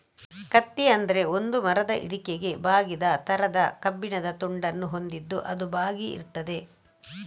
ಕತ್ತಿ ಅಂದ್ರೆ ಒಂದು ಮರದ ಹಿಡಿಕೆಗೆ ಬಾಗಿದ ತರದ ಕಬ್ಬಿಣದ ತುಂಡನ್ನ ಹೊಂದಿದ್ದು ಅದು ಬಾಗಿ ಇರ್ತದೆ